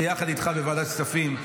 שביחד איתך בוועדת כספים,